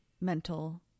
mental